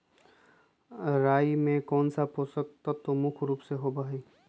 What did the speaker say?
राई में कौन सा पौषक तत्व मुख्य रुप से होबा हई?